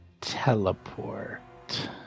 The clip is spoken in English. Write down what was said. teleport